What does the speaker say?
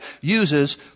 uses